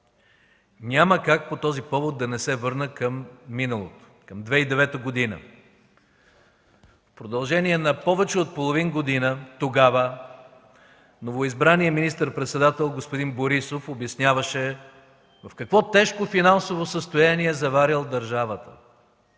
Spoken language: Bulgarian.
Няма как по този повод да не се върна към миналото, към 2009 г. В продължение на повече от половин година тогава новоизбраният министър-председател господин Борисов обясняваше в какво тежко финансово състояние е заварил държавата,